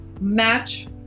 match